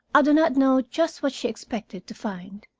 i do not know just what she expected to find.